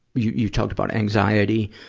you, you talked about anxiety,